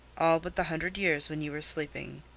all but the hundred years when you were sleeping.